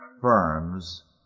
firms